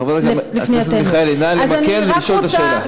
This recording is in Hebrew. חברת הכנסת מיכאלי, נא למקד ולשאול את השאלה.